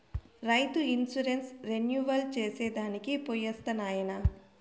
రైతు insurance renewal చేసి దానికి పోయొస్తా నాయనా